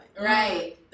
Right